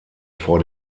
vor